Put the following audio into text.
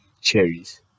cherries